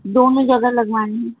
دونوں جگہ لگوانی ہے